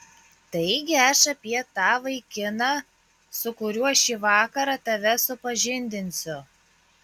taigi aš apie tą vaikiną su kuriuo šį vakarą tave supažindinsiu